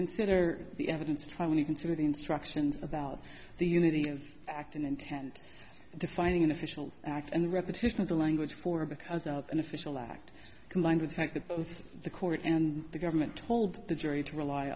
consider the evidence trial when you consider the instructions about the unity of act in intent defining an official act and the repetition of the language for because of an official act combined with the fact that both the court and the government told the jury to rely